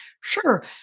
Sure